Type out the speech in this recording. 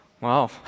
wow